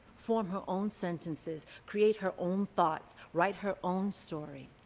form her own sentences, create her own thoughts, write her own story?